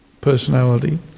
personality